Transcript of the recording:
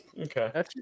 Okay